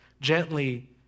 gently